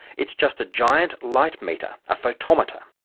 it's just a giant light meter, a photometer.